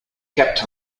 kept